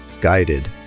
guided